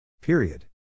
Period